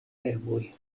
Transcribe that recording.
temoj